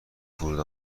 فرود